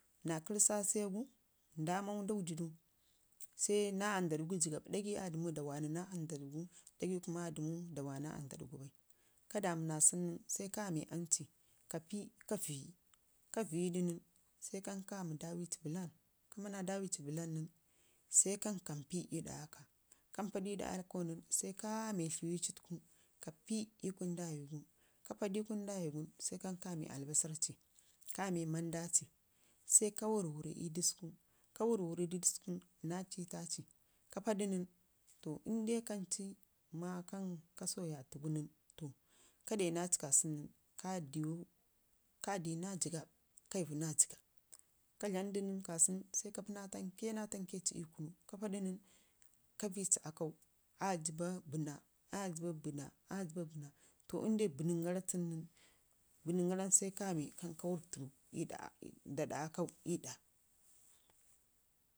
naa kurrsasiyagu nfa mau nda wəjidu sai naa aandadgu jigab dagai aa dəmmu da wanyi naa aandadgu ka damu naa sunu nən sai kame aan ci ka pii ka vəyi ka vəyudu nən sai kami dawi ci bəlan kamana dawi ci bəlan nən sai kan kampii ii ɗa akka, kampadu ii ɗa kame tluwici taka ka pii kunu da wigu sai kame albasarr ci, kame manda ci sai ka wərrwərri ii dəsku ka wərrwərridu na cuta ci ka paadu nən, fo inde kancuu kan ka soya tugu nən, fo ka de naci ka sunu gun ka dina jəgab kai ii ka na jəgab ka dlamdu kasuna nən sai ka pil naa tamke naa tamke ii kunu, ka paadu nən ka fiici akkau a jiɓa bənna ajibba bənna aa jibba bənna to inde bənnən gara n to sai ka wərr tudu da aɗa akkau ii ɗaa.